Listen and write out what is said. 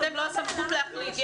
אתם לא הסמכות להחליט.